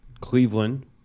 Cleveland